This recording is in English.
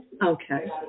okay